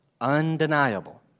Undeniable